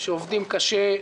שעובדים קשה,